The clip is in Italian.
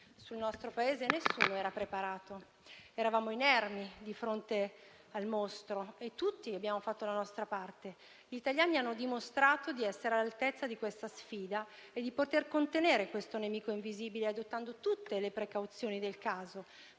sul nostro Paese nessuno era preparato: eravamo inermi di fronte al mostro e tutti abbiamo fatto la nostra parte. Gli italiani hanno dimostrato di essere all'altezza della sfida e poter contenere questo nemico invisibile adottando tutte le precauzioni del caso: